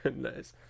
Nice